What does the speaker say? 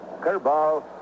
Curveball